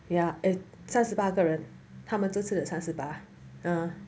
ya and 三十八个人他们这次的三十八 uh